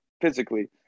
physically